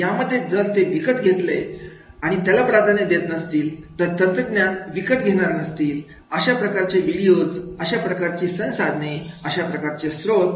यामध्ये जर ते विकत घेणे ला प्राधान्य देत नसतील तर तंत्रज्ञान विकत घेणार नसतील तर अशा प्रकारचे व्हिडिओज अशा प्रकारचे संसाधने अशा प्रकारचे स्त्रोत